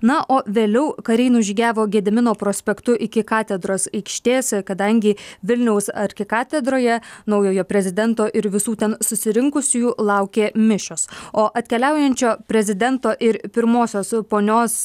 na o vėliau kariai nužygiavo gedimino prospektu iki katedros aikštės kadangi vilniaus arkikatedroje naujojo prezidento ir visų ten susirinkusiųjų laukė mišios o atkeliaujančio prezidento ir pirmosios ponios